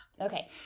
Okay